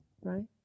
right